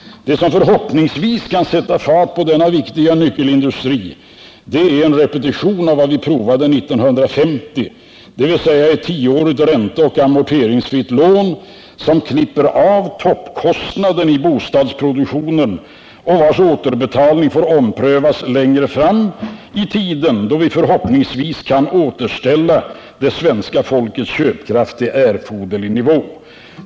Det som förhoppningsvis kan sätta fart på denna viktiga nyckelindustri är en repetition av vad vi prövade 1950, dvs. ett tioårigt ränteoch amorteringsfritt lån som klipper av toppkostnaden i bostadsproduktionen och vars återbetalning får omprövas längre fram i tiden, då vi förhoppningsvis kan återställa det svenska folkets köpkraft till erforderlig nivå.